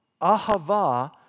ahava